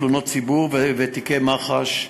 תלונות ציבור ותיקי מח"ש,